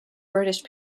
british